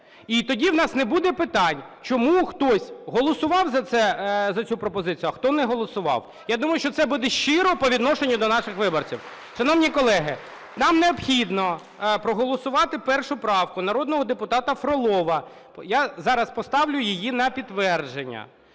І тоді у нас не буде питань, чому хтось голосував за цю пропозицію, а хто не голосував. Я думаю, що це буде щиро по відношенню до наших виборців. Шановні колеги, нам необхідно проголосувати 1 правку народного депутата Фролова. Я зараз поставлю її на підтвердження.